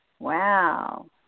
Wow